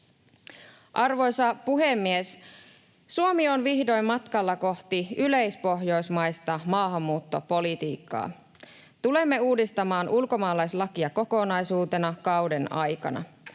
Arvoisa puhemies! Suomi on vihdoin matkalla kohti yleispohjoismaista maahanmuuttopolitiikkaa. Tulemme uudistamaan ulkomaalaislakia kokonaisuutena kauden aikana.